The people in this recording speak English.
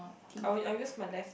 I will I use my left